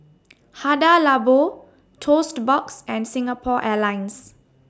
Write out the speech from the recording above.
Hada Labo Toast Box and Singapore Airlines